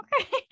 Okay